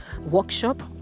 workshop